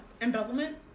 embezzlement